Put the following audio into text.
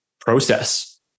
process